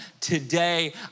today